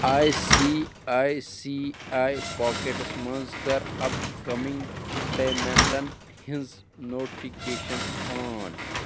I C I C I pockets منٛز کَر upcoming پیمٮ۪نٛٹَن ہِنٛز نوٹفِکیشَن آن